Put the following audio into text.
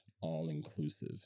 all-inclusive